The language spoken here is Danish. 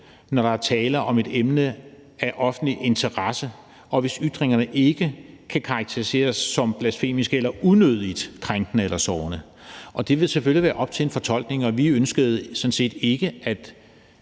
når der er tale om et emne af offentlig interesse, og hvis ytringerne ikke kan karakteriseres som blasfemiske eller unødigt krænkende eller sårende, og det vil selvfølgelig være op til en fortolkning. Vi ønskede sådan set ikke, at